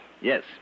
Yes